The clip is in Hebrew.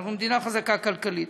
אנחנו מדינה חזקה כלכלית.